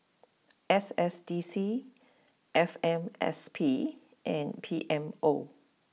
S S D C F M S P and P M O